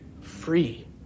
free